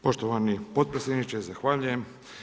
Poštovani potpredsjedniče zahvaljujem.